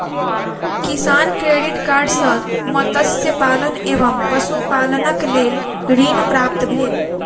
किसान credit card सॅ मत्स्य पालन एवं पशुपालनक लेल ऋण प्राप्त भेल